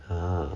ah